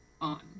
on